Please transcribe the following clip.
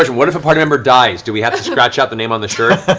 what if a party member dies? do we have to scratch out the name on the shirt?